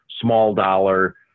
small-dollar